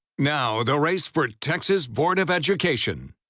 now, the race for texas board of education.